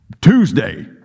Tuesday